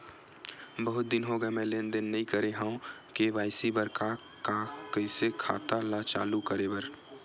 बहुत दिन हो गए मैं लेनदेन नई करे हाव के.वाई.सी बर का का कइसे खाता ला चालू करेबर?